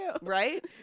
Right